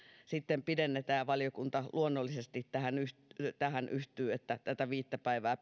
sitten pidennetään valiokunta luonnollisesti yhtyy siihen että tätä viittä päivää